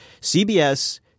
CBS –